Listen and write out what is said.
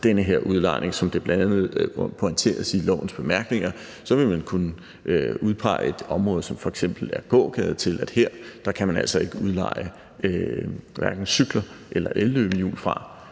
den her udlejning. Som det bl.a. pointeres i lovens bemærkninger, vil man kunne udpege et område, som f.eks. er gågade, til, at man derfra altså ikke kan udleje hverken cykler eller elløbehjul,